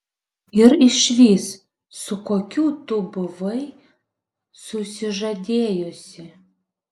ir išvis su kokiu tu buvai susižadėjusi